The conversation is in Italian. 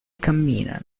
camminano